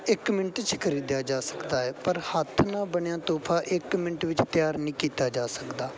ਇੱਕ ਮਿੰਟ 'ਚ ਖਰੀਦਿਆ ਜਾ ਸਕਦਾ ਹੈ ਪਰ ਹੱਥ ਨਾ ਬਣਿਆ ਤੋਹਫ਼ਾ ਇਕ ਮਿੰਟ ਵਿੱਚ ਤਿਆਰ ਨਹੀਂ ਕੀਤਾ ਜਾ ਸਕਦਾ